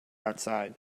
outside